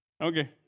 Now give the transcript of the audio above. Okay